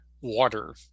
water